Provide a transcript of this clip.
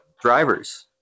drivers